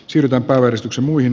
sydän tai tukevaksi